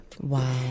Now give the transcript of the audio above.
Wow